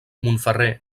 montferrer